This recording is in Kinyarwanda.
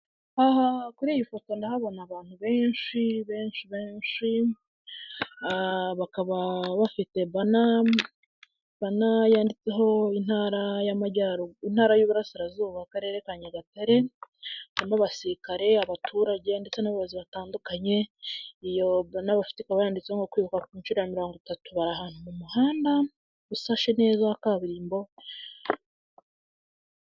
Aha kuri iyi foto ndahabona abantu benshi benshi benshi, bakaba bafite bana yanditseho intara y'uburasirazuba akarere ka nyagatare, harimo abasirikare, abaturage ndetse n'abayobozi batandukanye, iyo bana bafite ikaba yanditseho ngo kwibuka ku nshuro ya mirongo itatu, bari ahantu mu muhanda usashe neza wa kaburimbo.